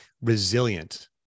resilient